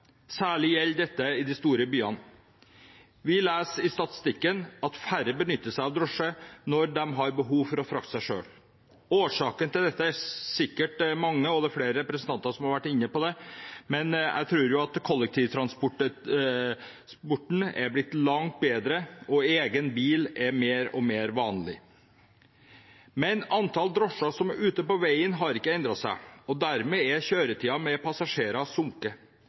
Særlig gjelder det i de store byene. Vi leser i statistikken at færre benytter seg av drosje når de har behov for å frakte seg selv. Årsakene til dette er sikkert mange, og det er flere representanter som har vært inne på det, men jeg tror det kan være fordi kollektivtransporten har blitt langt bedre, og at egen bil er vanligere og vanligere. Men antallet drosjer som er ute på veien, har ikke endret seg. Dermed har kjøretiden med passasjerer